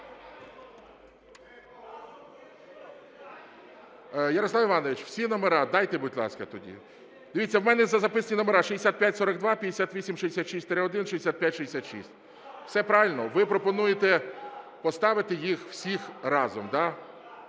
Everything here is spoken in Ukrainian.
Ярослав Іванович, всі номери дайте, будь ласка, тоді. Дивіться, в мене записані номери: 6542, 5866-1, 6566. Все правильно? Ви пропонуєте поставити їх всі разом, да?